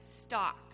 stock